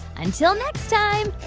until next time,